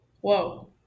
Whoa